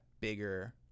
bigger